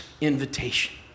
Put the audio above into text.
invitation